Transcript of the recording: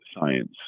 science